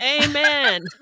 Amen